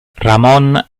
ramón